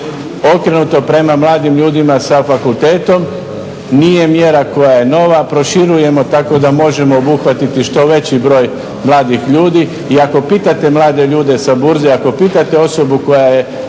okrenuto prema mladim ljudima sa fakultetom. Nije mjera koja je nova, proširujemo tako da možemo obuhvatiti što veći broj mladih ljudi i ako pitate mlade ljude sa burze. Ako pitate osobu koja je